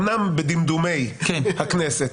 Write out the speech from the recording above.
אומנם בדמדומי הכנסת